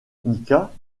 dans